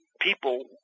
people